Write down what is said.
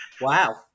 wow